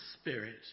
Spirit